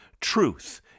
truth